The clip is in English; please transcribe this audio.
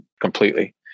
completely